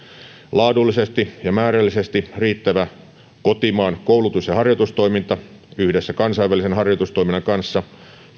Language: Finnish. laadullisesti ja määrällisesti riittävä kotimaan koulutus ja harjoitustoiminta yhdessä kansainvälisen harjoitustoiminnan kanssa